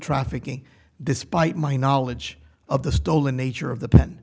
trafficking despite my knowledge of the stolen nature of the pen